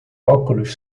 óculos